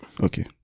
Okay